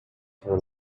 for